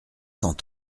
cent